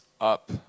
up